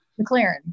McLaren